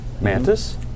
Mantis